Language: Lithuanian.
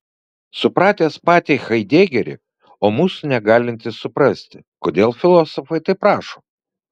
supratęs patį haidegerį o mūsų negalintis suprasti kodėl filosofai taip rašo